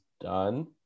done